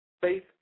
Faith